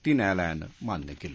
ती न्यायालयानं मान्य केली